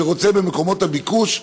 שרוצה במקומות הביקוש,